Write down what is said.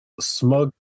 Smug